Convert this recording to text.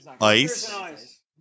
ice